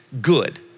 good